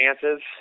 chances